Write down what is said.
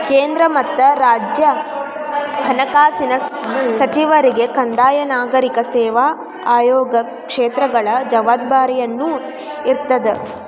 ಕೇಂದ್ರ ಮತ್ತ ರಾಜ್ಯ ಹಣಕಾಸಿನ ಸಚಿವರಿಗೆ ಕಂದಾಯ ನಾಗರಿಕ ಸೇವಾ ಆಯೋಗ ಕ್ಷೇತ್ರಗಳ ಜವಾಬ್ದಾರಿನೂ ಇರ್ತದ